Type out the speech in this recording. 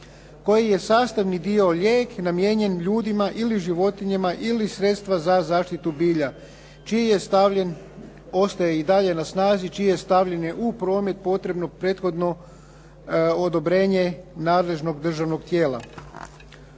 koji je sastavni dio lijek namijenjen ljudima ili životinjama ili sredstva za zaštitu bilja čiji je stavljen, ostaje i dalje na snazi čije je stavljanje u promet potrebno prethodno odobrenje nadležnog državnog tijela.